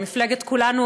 מפלגת כולנו,